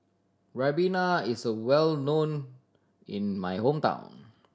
Ribena is well known in my hometown